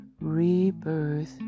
rebirth